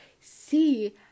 see